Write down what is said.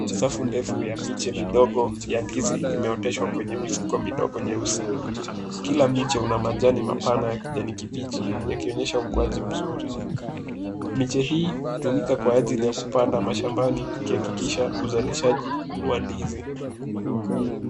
Safu ndefu ya miche midogo ya ndizi imeoteshwa kwenye mifuko midogo nyeusi. Kila miche una majani mapana ya kijani kibichi yakionyesha ukuaji mzuri. Miche hii hutumika kwa ajili ya kupandwa mashambani ikihakikisha uzalishaji wa ndizi.